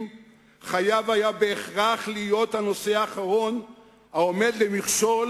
חייב היה בהכרח להיות הנושא האחרון העומד למכשול